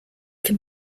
can